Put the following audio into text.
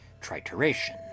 trituration